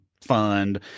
fund